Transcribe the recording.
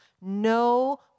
no